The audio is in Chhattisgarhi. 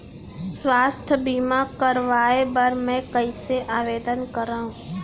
स्वास्थ्य बीमा करवाय बर मैं कइसे आवेदन करव?